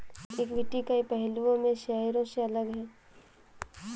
equity कई पहलुओं में शेयरों से अलग है